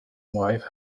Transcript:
wife